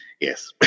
yes